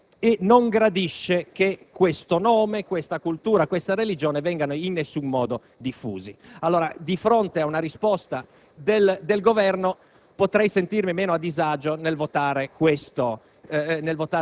della religione e diremmo anche della nazione tibetana e non gradisce che questo nome, questa cultura e questa religione vengano in alcun modo diffusi. A fronte di una risposta del Governo